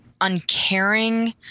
uncaring